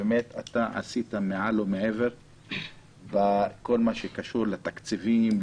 שבאמת אתה עשית מעל ומעבר בכל מה שקשור לתקציבים,